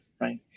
Right